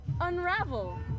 unravel